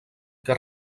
que